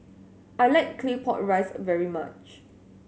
I like Claypot Rice very much